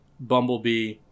Bumblebee